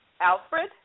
Alfred